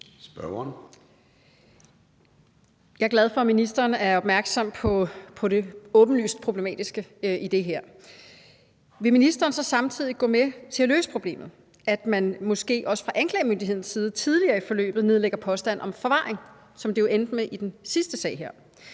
Jeg er glad for, at ministeren er opmærksom på det åbenlyst problematiske i det her. Vil ministeren så samtidig gå med til at løse problemet, så man måske også fra anklagemyndighedens side tidligere i forløbet nedlægger påstand om forvaring, som det jo endte med i den sidste sag her?